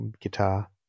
guitar